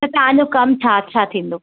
त तव्हांजो कमु छा छा थींदो